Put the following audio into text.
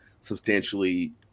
substantially